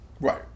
Right